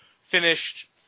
finished